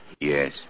Yes